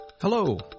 Hello